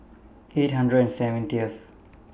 eight hundred and seventieth